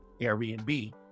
Airbnb